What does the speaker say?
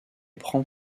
prend